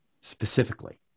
specifically